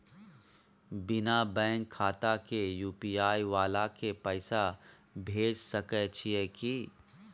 बिना बैंक खाता के यु.पी.आई वाला के पैसा भेज सकै छिए की?